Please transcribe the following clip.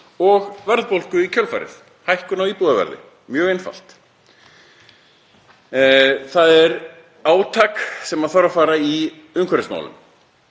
verðbólgu í kjölfarið, hækkun á íbúðaverði, mjög einfalt. Það er átak sem þarf að fara í í umhverfismálum.